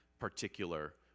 particular